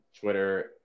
Twitter